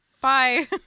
bye